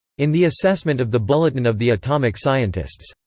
in the assessment of the bulletin of the atomic scientists,